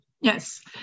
yes